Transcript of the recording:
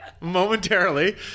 Momentarily